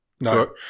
No